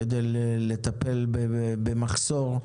כדי לטפל במחסור,